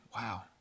Wow